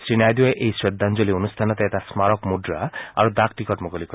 শ্ৰীনাইডুৱে এই শ্ৰদ্ধাঞ্জলী অনুষ্ঠানতে এটা স্মাৰক মুদ্ৰা আৰু ডাক টিকট মুকলি কৰিব